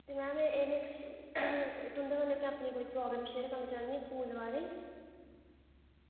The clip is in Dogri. ते मैम एह् में इक्क तुंदे कन्नै इक्क कोई प्रॉब्लम शेयर करना चाह्न्नीं स्कूल दे बारै ई